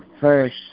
first